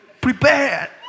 prepare